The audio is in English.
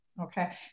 okay